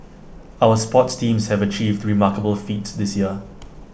our sports teams have achieved remarkable feats this year